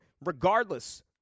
regardless